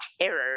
Terror